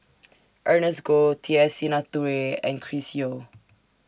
Ernest Goh T S Sinnathuray and Chris Yeo